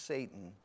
Satan